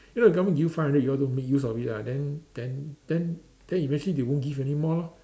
you know the government give you five hundred y'all don't make use of it ah then then then then eventually they won't give you anymore lor